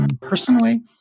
personally